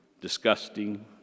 disgusting